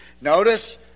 Notice